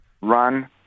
Run